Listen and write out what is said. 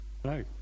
Hello